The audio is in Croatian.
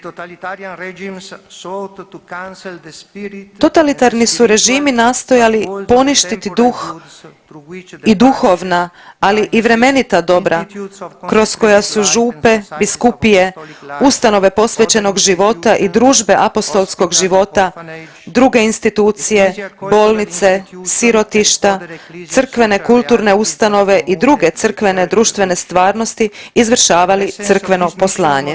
Totalitarni su režimi nastojali poništiti duh i duhovna, ali i vremenita dobra kroz koja su župe, biskupije, ustanove posvećenog života i družbe apostolskog života, druge institucije, bolnice, sirotišta, crkvene kulturne ustanove i druge crkvene društvene stvarnosti izvršavali crkveno poslanje.